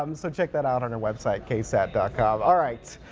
um so check that out on our website ksat dot com all rights.